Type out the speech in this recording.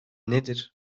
nedir